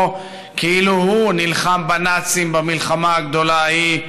כאילו הוא נלחם בנאצים במלחמה הגדולה ההיא,